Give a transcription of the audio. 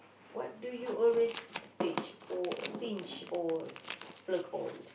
what do you always stage or stinge or splurge on